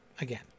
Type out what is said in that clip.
Again